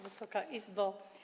Wysoka Izbo!